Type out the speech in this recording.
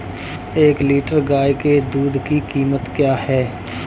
एक लीटर गाय के दूध की कीमत क्या है?